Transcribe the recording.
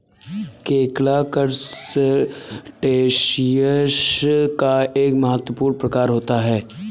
केकड़ा करसटेशिंयस का एक महत्वपूर्ण प्रकार होता है